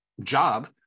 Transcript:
job